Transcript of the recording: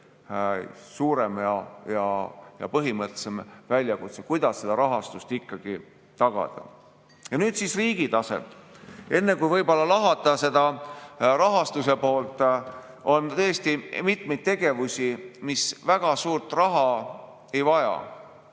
suurem ja põhimõttelisem väljakutse, kuidas seda rahastust tagada. Ja nüüd siis riigi tase. Enne, kui võib-olla lahata seda rahastuse poolt, on tõesti mitmeid tegevusi, mis väga suurt raha ei vaja.